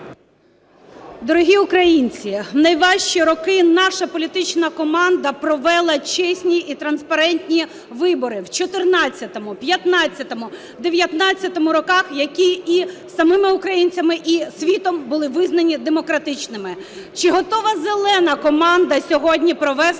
Дорогі українці, у найважчі роки наша політична команда провела чесні і транспарентні вибори в 2014, 2015, 2019 роках, які і самими українцями, і світом були визнані демократичними. Чи готова "зелена" команда сьогодні провести